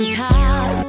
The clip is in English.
top